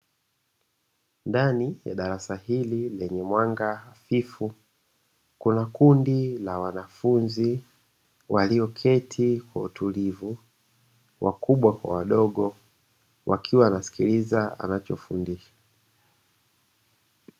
Ndani ya darasa hili lenye mwanga hafifu, kuna kundi la wanafunzi walioketi kwa utulivu, wakubwa kwa wadogo; wakiwa wanasikiliza anachofundisha.